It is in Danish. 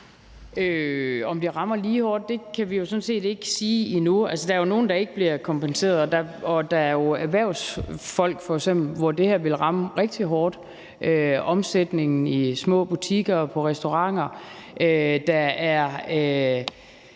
om det rammer lige hårdt, vil jeg sige, at det kan vi sådan set ikke sige endnu. Der er jo nogle, der ikke bliver kompenseret, og der er f.eks. erhvervsfolk, som det her vil ramme rigtig hårdt i forhold til omsætningen i små butikker og på restauranter.